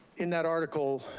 in that article,